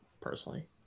personally